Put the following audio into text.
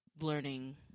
learning